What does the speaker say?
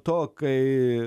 to kai